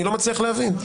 אני לא מצליח להבין.